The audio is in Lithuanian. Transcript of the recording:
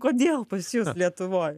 kodėl pas jus lietuvoj